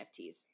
NFTs